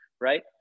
right